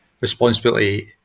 responsibility